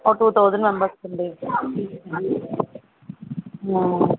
ఓ two thousand మెంబర్స్కి అండి